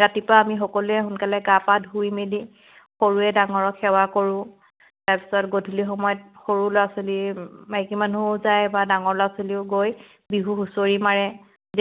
ৰাতিপুৱা আমি সকলোৱে সোনকালে গা পা ধুই মেলি সৰুৱে ডাঙৰক সেৱা কৰোঁ তাৰপিছত গধূলি সময়ত সৰু ল'ৰা ছোৱালী মাইকী মানুহো যায় বা ডাঙৰ ল'ৰা ছোৱালীও গৈ বিহু হুঁচৰি মাৰে